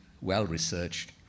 well-researched